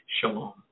Shalom